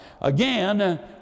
Again